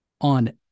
on